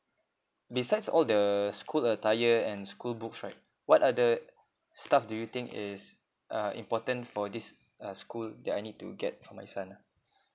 besides all the school attire and school books right what are the stuff do you think is uh important for this uh school that I need to get for my son ah